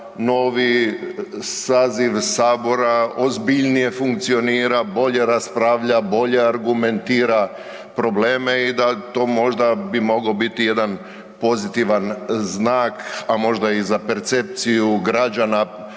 novi saziv Sabora ozbiljnije funkcionira, bolje raspravlja, bolje argumentira probleme i da to možda bi mogao biti jedan pozitivan znak, a možda i za percepciju građana,